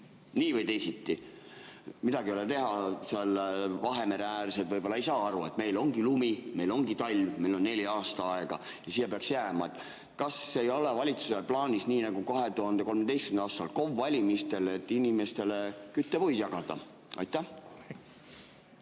nii või teisiti. Midagi ei ole teha, seal Vahemere-äärsed võib-olla ei saa aru, et meil ongi lumi, meil ongi talv, meil on neli aastaaega ja siia peaks [see kütmisviis] jääma. Kas ei ole valitsusel plaanis nii nagu 2013. aasta KOV-i valimiste eel inimestele küttepuid jagada? Aitäh!